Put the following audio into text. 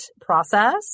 process